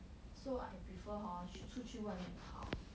so I prefer hor 出去外面跑